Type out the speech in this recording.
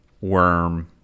worm